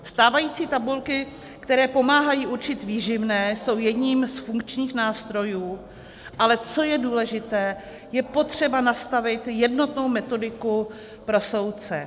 Stávající tabulky, které pomáhají určit výživné, jsou jedním z funkčních nástrojů, ale co je důležité, je potřeba nastavit jednotnou metodiku pro soudce.